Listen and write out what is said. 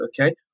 okay